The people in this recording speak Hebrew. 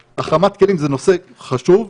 אז החרמת כלים זה נושא חשוב,